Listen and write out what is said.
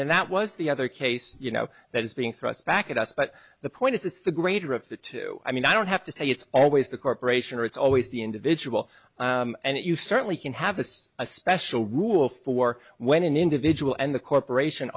and that was the other case you know that is being thrust back at us but the point is it's the greater of the two i mean i don't have to say it's always the corporation or it's always the individual and you certainly can have as a special rule for when an individual and the corporation